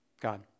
God